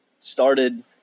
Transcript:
started